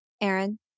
aaron